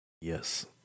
Yes